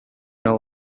know